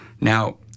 Now